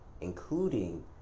including